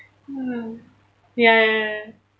mm ya ya